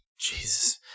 jesus